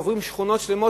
עוברים שכונות שלמות,